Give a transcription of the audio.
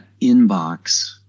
inbox